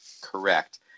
correct